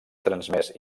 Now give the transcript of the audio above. transmès